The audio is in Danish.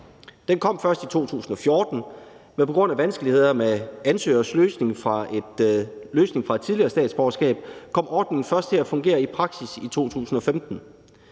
Den kom først i 2014, men på grund af vanskeligheder med ansøgeres løsning fra et tidligere statsborgerskab kom ordningen først til at fungere i praksis i 2015.